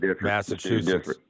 Massachusetts